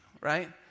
right